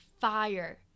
fire